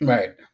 Right